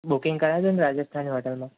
booking કરાવજો ને રાજસ્થાની હોટેલમાં